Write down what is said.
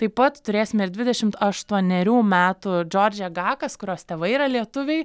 taip pat turėsim ir dvidešimt aštuonerių metų džordžiją gakas kurios tėvai yra lietuviai